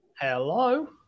hello